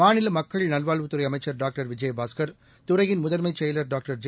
மாநிலமக்கள் நல்வாழ்வுத்துறைஅமைச்சர் டாக்டர் சிவிஜயபாஸ்கர் துறையின் முதன்மைச் செயலர் டாக்டர் ஜெ